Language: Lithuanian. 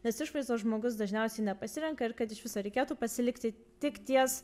nes išvaizdos žmogus dažniausiai nepasirenka ir kad iš viso reikėtų pasilikti tik ties